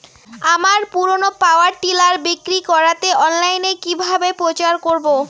আমার পুরনো power tiller বিক্রি করাতে অনলাইনে কিভাবে প্রচার করব?